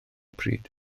pryd